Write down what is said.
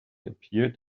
appeared